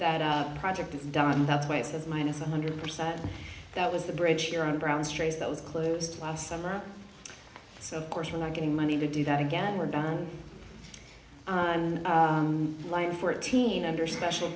that that project is done that's waste of minus one hundred percent that was the bridge here on brown's trays that was closed last summer so of course we're not getting money to do that again we're done on line fourteen under special